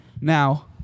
Now